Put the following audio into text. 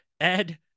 Ed